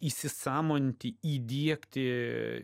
įsisąmoninti įdiegti